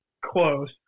close